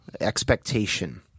expectation